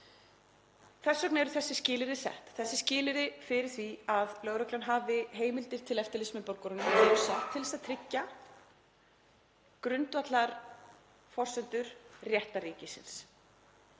Þess vegna eru þessi skilyrði sett. Þessi skilyrði fyrir því að lögreglan hafi heimildir til eftirlits með borgurunum eru sett til að tryggja grundvallarforsendur réttarríkisins.